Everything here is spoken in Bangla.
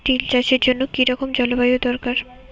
তিল চাষের জন্য কি রকম জলবায়ু দরকার?